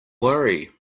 worry